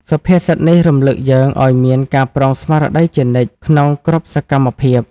សុភាសិតនេះរំលឹកយើងឲ្យមាន ការប្រុងស្មារតីជានិច្ច ក្នុងគ្រប់សកម្មភាព។